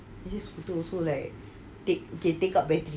this scooter also like take up battery